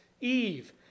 Eve